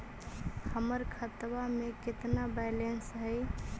हमर खतबा में केतना बैलेंस हई?